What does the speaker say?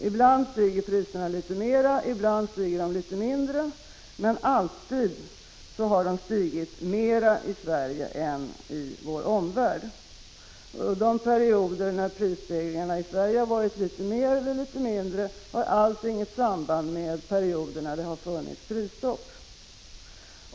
Ibland har priserna stigit litet mindre, ibland litet mera, men alltid har de stigit mera i Sverige än i vår omvärld. De perioder prisstegringarna i Sverige har varit litet mindre eller litet större har alls inget samband med de perioder det har funnits prisstopp.